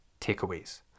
takeaways